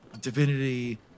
divinity